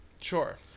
Sure